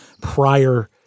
prior